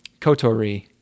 Kotori